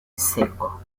seco